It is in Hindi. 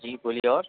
जी बोलिए और